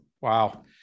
Wow